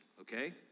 okay